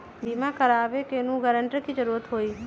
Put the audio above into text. बिमा करबी कैउनो गारंटर की जरूरत होई?